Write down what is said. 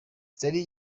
zari